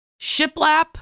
shiplap